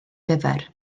gyfer